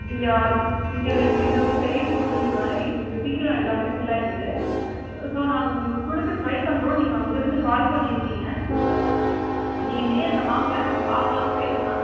இங்கே ஆள் இங்கே இது வந்து பெரிய ஸ்கூல்ன்றதுனால் எங்களுக்கு சீக்கிரம் எல்லாமே ஃபில் ஆகிடுது ஸோ நாங்கள் உங்களுக்கு கொடுக்க ட்ரை பண்ணுறோம் நீங்கள் அங்கேயிருந்து கால் பண்ணியிருக்கீங்க நீங்கள் நேரில் வாங்க நம்ம பார்க்கலாம் பேசலாம்